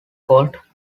called